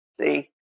See